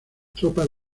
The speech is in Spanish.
tropas